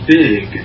big